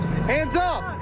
hands up!